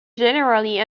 generally